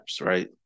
right